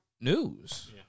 news